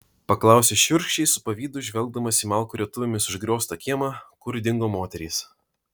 paklausė šiurkščiai su pavydu žvelgdamas į malkų rietuvėmis užgrioztą kiemą kur dingo moterys